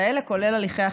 61,